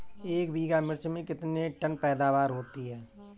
एक बीघा मिर्च में कितने टन पैदावार होती है?